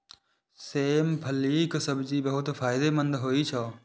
सेम फलीक सब्जी बहुत फायदेमंद होइ छै